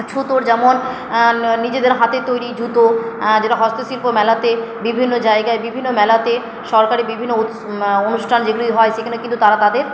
ছুতোর যেমন নিজেদের হাতের তৈরি জুতো যেটা হস্তশিল্প মেলাতে বিভিন্ন জায়গায় বিভিন্ন মেলাতে সরকারের বিভিন্ন উৎস অনুষ্ঠান যেইগুলি হয় সেখানে কিন্তু তারা তাদের